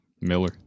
Miller